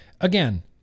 again